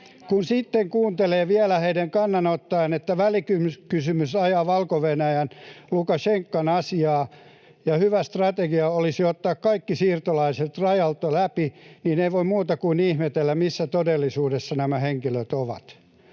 Kun sitten kuuntelee vielä heidän kannanottojaan, että välikysymys ajaa Valko-Venäjän Lukašenkan asiaa ja hyvä strategia olisi ottaa kaikki siirtolaiset rajoilta läpi, niin ei voi muuta kuin ihmetellä, missä todellisuudessa nämä henkilöt ovat.